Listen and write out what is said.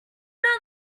know